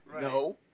No